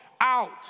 out